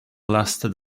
lasted